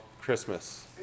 Christmas